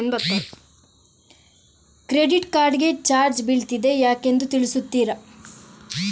Credit card ಗೆ charge ಬೀಳ್ತಿದೆ ಯಾಕೆಂದು ತಿಳಿಸುತ್ತೀರಾ?